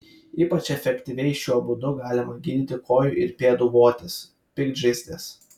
ypač efektyviai šiuo būdu galima gydyti kojų ir pėdų votis piktžaizdes